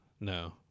No